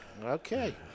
Okay